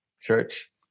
church